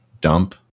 dump